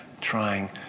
trying